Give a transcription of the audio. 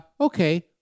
okay